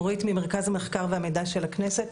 ממרכז המחקר והמידע של הכנסת.